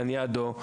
לניאדו,